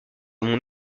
mon